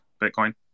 Bitcoin